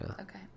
Okay